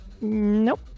Nope